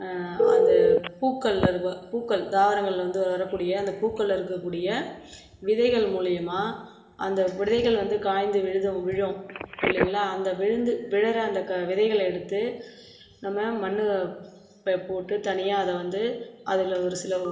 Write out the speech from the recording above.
அந்த பூக்களில் இருக்க பூக்களில் இருக்க பூக்கள் தாவரங்களில் வந்து வரக்கூடிய அந்த பூக்களில் இருக்கக்கூடிய விதைகள் மூலியமாக அந்த விதைகள் வந்து காய்ந்து விழுந்து விழும் இல்லைங்களா அந்த விழுந்து விழற அந்த விதைகளை எடுத்து நம்ம மண்ணு பே போட்டு தனியாக அதை வந்து அதில் ஒரு சில